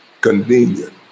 convenient